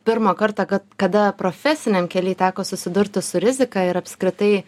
pirmą kartą kad kada profesiniam kely teko susidurti su rizika ir apskritai